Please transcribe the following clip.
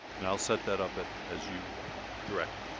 and i'll set that up at as you direct.